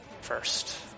first